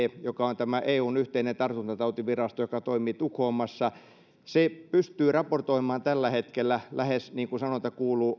joka on tämä eun yhteinen tartuntatautivirasto joka toimii tukholmassa pystyy raportoimaan tästä tilanteesta tällä hetkellä lähes online niin kuin sanonta kuuluu